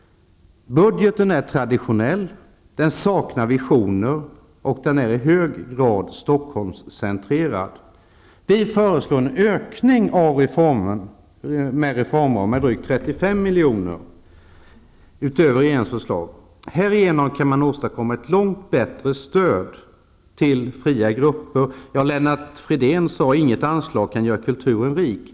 Budgeten är traditionell, där saknas visioner, och den är i hög grad Stockholmscentrerad. Vi föreslår en ökning med drygt 35 miljoner för reformer utöver regeringsförslaget. Härigenom kan man åstadkomma ett långt bättre stöd till fria grupper. Lennart Fridén sade att inget anslag kan göra kulturen rik.